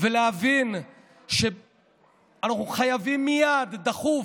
ולהבין שאנחנו חייבים מייד, דחוף,